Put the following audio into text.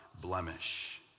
blemish